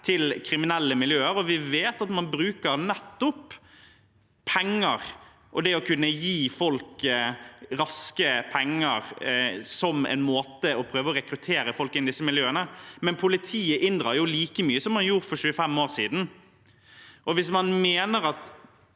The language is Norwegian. til kriminelle miljøer. Vi vet at man bruker penger og det å kunne gi folk raske penger som en måte å prøve å rekruttere folk inn i disse miljøene på, men politiet inndrar jo like mye som man gjorde for 25 år siden. Hvis man mener at